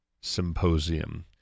symposium